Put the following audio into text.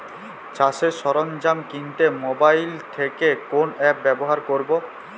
চাষের সরঞ্জাম কিনতে মোবাইল থেকে কোন অ্যাপ ব্যাবহার করব?